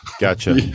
Gotcha